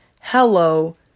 hello